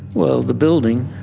well, the building.